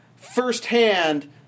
Firsthand